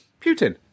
Putin